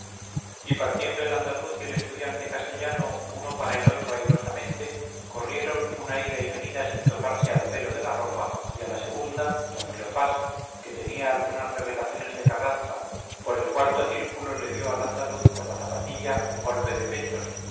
y partiendo el andaluz y el estudiante castellano uno para el otro airosamente corrieron una ida y venida sin tocarse al pelo de la ropa y a la segunda don cleofás que tenía algunas revelaciones de carranza por el cuarto círculo le dió al andaluz con la zapatilla un golpe de pechos